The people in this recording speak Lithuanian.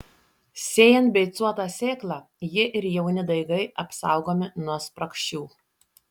sėjant beicuotą sėklą ji ir jauni daigai apsaugomi nuo spragšių